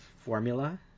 formula